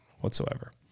whatsoever